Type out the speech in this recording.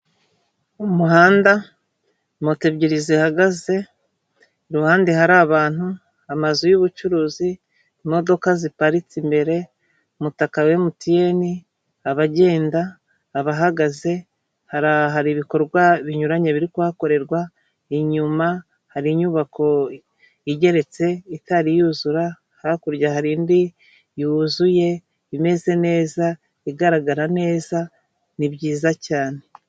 Umuhanda, moto ebyiri zihagaze, iruhande hari abantu, amazu y'ubucuruzi, imodoka ziparitse imbere, umutaka wa Emutiyeni, abagenda, abahagaze, hari ibikorwa binyuranye biri kuhakorerwa, inyuma hari inyubako igeretse itari yuzura, hakurya hari indi yuzuye imeze neza, igaragara neza, ni byiza cyane.